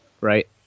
right